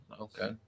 Okay